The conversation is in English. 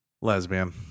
Lesbian